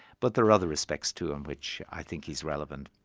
but there are other respects too, in which i think he's relevant.